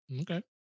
Okay